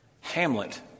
Hamlet